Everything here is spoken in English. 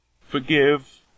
Forgive